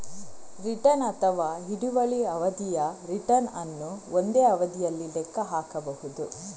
return ಅಥವಾ ಹಿಡುವಳಿ ಅವಧಿಯ ರಿಟರ್ನ್ ಅನ್ನು ಒಂದೇ ಅವಧಿಯಲ್ಲಿ ಲೆಕ್ಕ ಹಾಕಬಹುದು